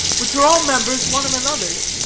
which are all members one of another.